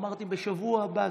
אמרתי שבשבוע הבא.